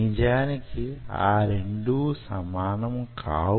నిజానికి ఈ రెండూ సమానం కావు